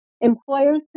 employers